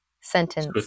sentence